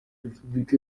repubulika